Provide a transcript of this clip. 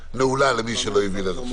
הישיבה נעולה, למי שלא הבין עד עכשיו.